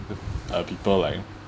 the uh people like